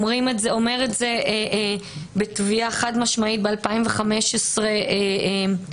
אומר את זה בתביעה חד משמעית ב-2015 השופט